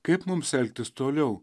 kaip mums elgtis toliau